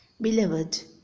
Beloved